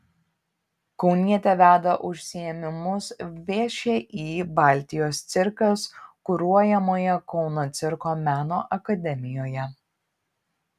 kaunietė veda užsiėmimus všį baltijos cirkas kuruojamoje kauno cirko meno akademijoje